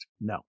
No